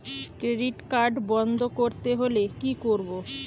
Credit card বন্ধ করতে হলে কি করব?